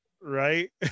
right